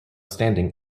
standing